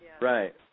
Right